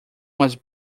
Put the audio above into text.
was